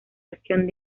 acción